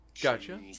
gotcha